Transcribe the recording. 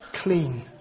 clean